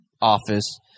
office